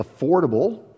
affordable